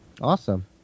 Awesome